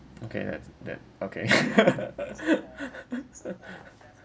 okay that's that okay